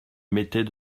mettait